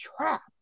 trap